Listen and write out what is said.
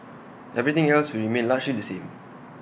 everything else will remain largely the same